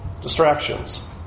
Distractions